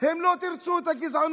הם לא תירצו את הגזענות,